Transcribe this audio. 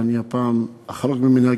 אבל הפעם אני אחרוג ממנהגי,